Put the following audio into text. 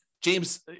James